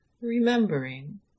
remembering